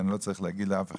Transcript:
אני לא צריך להגיד לאף אחד,